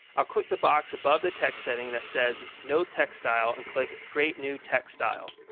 i'll click the box above the text settings that says no text style and click create new text style.